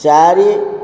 ଚାରି